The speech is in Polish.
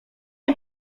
nie